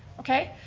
okay?